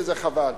וזה חבל.